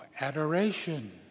adoration